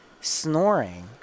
Snoring